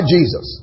Jesus